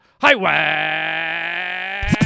Highway